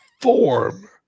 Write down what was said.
form